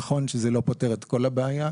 נכון שזה לא פותר את כל הבעיה,